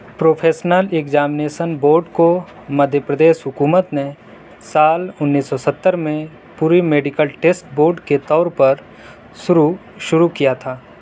professional examination board کو مدھیہ پردیش حکومت نے سال انیس سو ستر میں پوری میڈیکل ٹیسٹ بورڈ کے طور پر شروع شروع کیا تھا